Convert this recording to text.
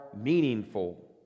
meaningful